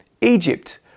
Egypt